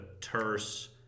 terse